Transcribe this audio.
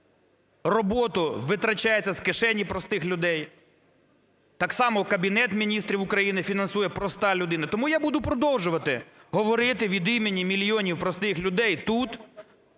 роботу витрачається з кишені простих людей. Так само Кабінет Міністрів України фінансує проста людина. Тому я буду продовжувати говорити від імені мільйонів простих людей тут.